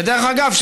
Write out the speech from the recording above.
ודרך אגב,